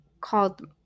called